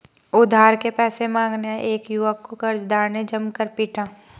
उधार के पैसे मांगने आये एक युवक को कर्जदार ने जमकर पीटा